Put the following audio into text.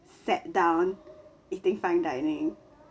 sat down eating fine dining